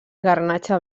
garnatxa